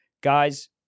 guys